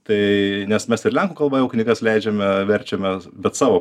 tai nes mes ir lenkų kalba jau knygas leidžiame verčiame bet savo